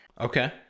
Okay